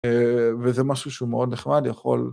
וזה משהו שהוא מאוד נחמד, יכול...